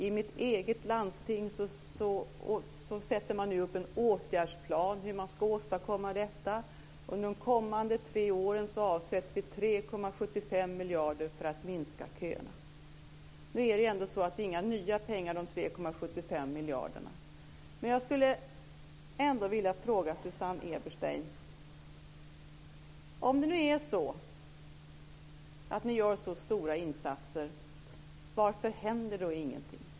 I mitt eget landsting sätter man nu upp en åtgärdsplan för hur man ska åstadkomma detta. Under de kommande tre åren avsätter vi 3,75 miljarder för att minska köerna. Nu är det så att det inte är några nya pengar, dessa 3,75 miljarder. Men jag skulle ändå vilja fråga Susanne Eberstein en sak: Om ni nu gör så stora insatser, varför händer då ingenting?